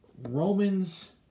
Romans